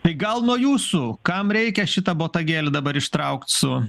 tai gal nuo jūsų kam reikia šitą botagėlį dabar ištraukt su